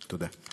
תודה.